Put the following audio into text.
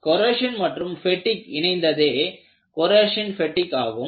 corrosion மற்றும் fatigue இணைந்ததே corrosion fatigue ஆகும்